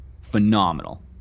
phenomenal